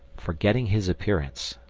forgetting his appearance,